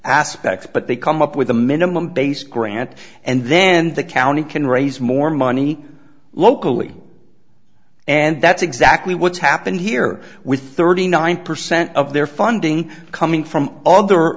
aspects but they come up with a minimum base grant and then the county can raise more money locally and that's exactly what's happened here with the thirty nine percent of their funding coming from other